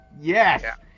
Yes